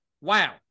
wow